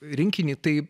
rinkinį tai